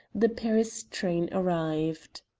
the paris train arrived.